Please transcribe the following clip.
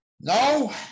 No